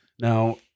Now